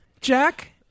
Jack